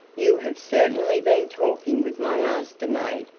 you have certainly been talking with my master-maid!